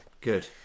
Good